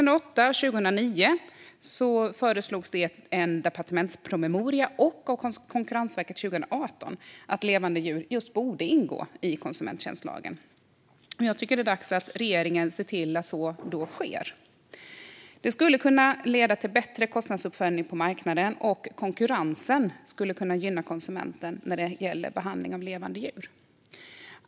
Det föreslogs i departementspromemorior 2008 och 2009 och av Konkurrensverket 2018 att levande djur borde ingå i konsumenttjänstlagen. Jag tycker att det är dags att regeringen ser till att så sker. Det skulle kunna leda till bättre kostnadsuppföljning på marknaden. Konkurrensen skulle kunna gynna konsumenten när det gäller behandling av levande djur.